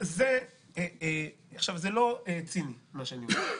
זה לא ציני מה שאני אומר.